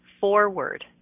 forward